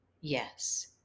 Yes